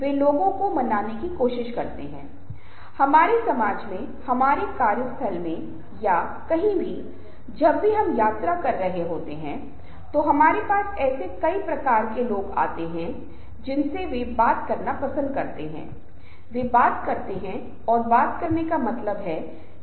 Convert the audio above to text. किसी को कुछ बोलने से पहले दर्शकों को समझना होगा दर्शक विभिन्न लिंग के हो सकता है व्यक्तियों की उम्र हो सकती है ऐसी सभी चीजें निश्चित रूप से संचार को प्रभावी बनाने के लिए बहुत महत्वपूर्ण हैं